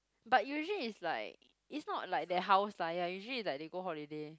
but usually is like is not like their house lah ya usually is like they go holiday